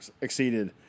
exceeded